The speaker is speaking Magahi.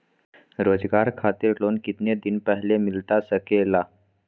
रोजगार खातिर लोन कितने दिन पहले मिलता सके ला?